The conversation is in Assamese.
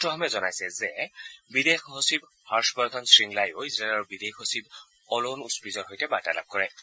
সূত্ৰসমূহে জনাইছে যে বিদেশ সচিব হৰ্ষবৰ্ধন শংগলায়ো ইজৰাইলৰ বিদেশ সচিব অলোন উচপিজৰ সৈতে বাৰ্তালাপ কৰে